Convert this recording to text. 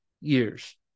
years